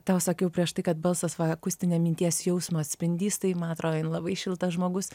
tau sakiau prieš tai kad balsas va akustinio minties jausmo atspindys tai man atrodo jinai labai šiltas žmogus